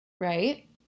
right